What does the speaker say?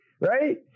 right